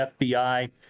FBI